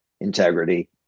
integrity